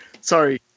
Sorry